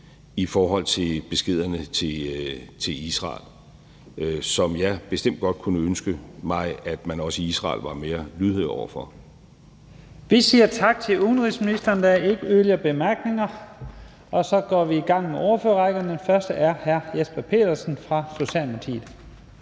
i forhold til beskederne til Israel, som jeg bestemt godt kunne ønske mig at man også i Israel var mere lydhør over for. Kl. 11:24 Første næstformand (Leif Lahn Jensen): Vi siger tak til udenrigsministeren. Der er ikke yderligere korte bemærkninger. Så går vi i gang med ordførerrækken. Den første er hr. Jesper Petersen fra Socialdemokratiet.